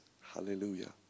hallelujah